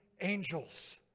angels